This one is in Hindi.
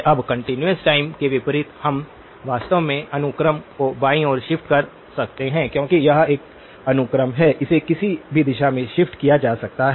अब कंटीन्यूअस टाइम के विपरीत हम वास्तव में अनुक्रम को बाईं ओर शिफ्ट कर सकते हैं क्योंकि यह एक अनुक्रम है इसे किसी भी दिशा में शिफ्ट किया जा सकता है